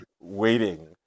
waiting